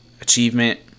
achievement